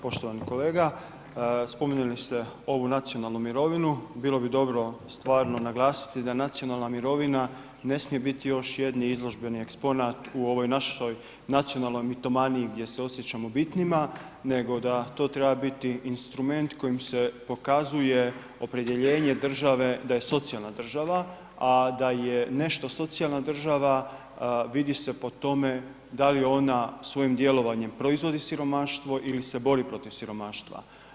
Poštovani kolega, spominjali ste ovu nacionalnu mirovinu, bilo bi dobro stvarno naglasiti da nacionalna mirovina ne smije biti jedan izložbeni eksponat u ovoj našoj mitomaniji gdje se osjećamo bitnima nego da to treba biti instrument kojim se pokazuje opredjeljenje države da je socijalna država a da je nešto socijalna država, vidi se po tome da li ona svojim djelovanjem proizvodi siromaštvo ili se bori protiv siromaštva.